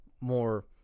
more